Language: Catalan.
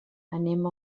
anem